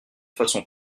façon